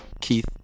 Keith